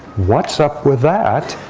what's up with that?